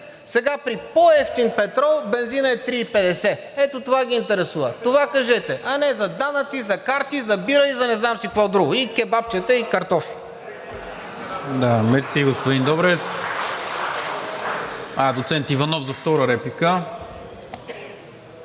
сега при по-евтин петрол – бензинът е 3,50? Ето това ги интересува, това кажете, а не за данъци, за карти, за бира и за не знам си какво друго, и кебапчета, и картофи.